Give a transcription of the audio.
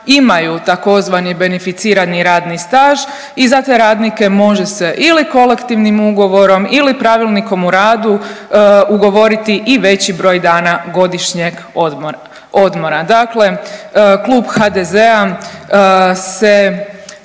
imaju tzv. beneficirani radni staž i za te radnike može se ili kolektivnim ugovorom ili Pravilnikom o radu ugovoriti i veći broj dana godišnjeg odmora. Dakle Klub HDZ-a se,